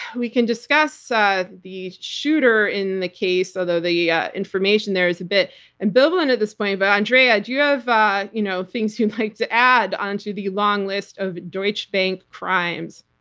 we can discuss ah the shooter in the case, although the yeah information there is a bit ambivalent at this point, but andrea, do you have ah you know things you'd like to add onto the long list of deutsche bank crimes?